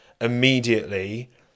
immediately